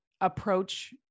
approach